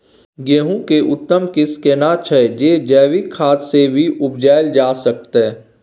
गेहूं के उत्तम किस्म केना छैय जे जैविक खाद से भी उपजायल जा सकते?